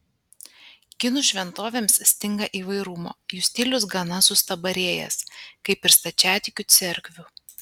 kinų šventovėms stinga įvairumo jų stilius gana sustabarėjęs kaip ir stačiatikių cerkvių